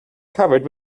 covered